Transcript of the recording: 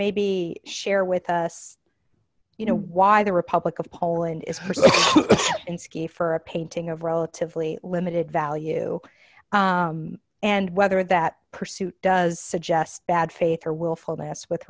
maybe share with us you know why the republic of poland is in ski for a painting of relatively limited value and whether that pursuit does suggest bad faith or willful mass with